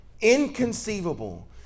inconceivable